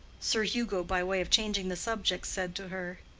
sir hugo, by way of changing the subject, said to her,